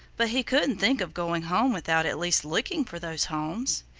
but he couldn't think of going home without at least looking for those homes.